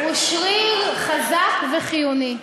הוא שריר חזק וחיוני,